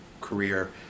career